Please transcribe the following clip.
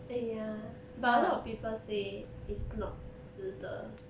err ya but a lot of people say is not 值得